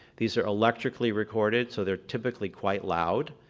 these are electrically recorded so they're typically quite loud,